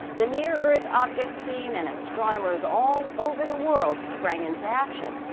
the near earth objects team and astronomers all over the world sprang into action.